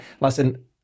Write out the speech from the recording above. listen